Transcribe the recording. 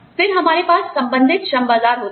फिर हमारे पास संबंधित श्रम बाजार होते हैं